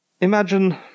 Imagine